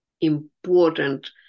important